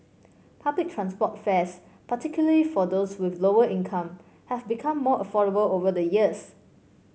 public transport fares particularly for those with lower income have become more affordable over the years